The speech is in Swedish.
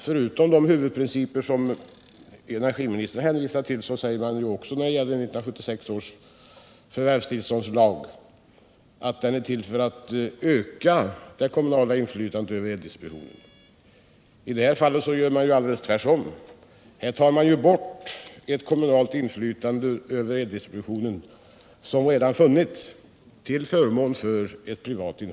Förutom de huvudprinciper som energiministern hänvisar till uttalas det i 1976 års förvärvstillståndslag att denna är till för att öka det kommunala inflytandet över eldistributionen. I detta fall går man i precis motsatt riktning. Man tar till förmån för ett privat inflytande bort ett redan existerande kommunalt inflytande över eldistributionen.